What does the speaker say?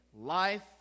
Life